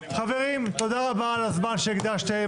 חברים, תודה רבה על הזמן שהקדשתם.